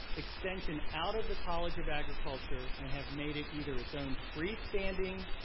extension out of the college of agriculture and have made it either its own free-standing